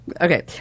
Okay